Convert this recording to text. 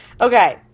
Okay